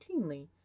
routinely